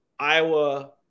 Iowa